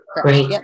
great